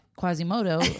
Quasimodo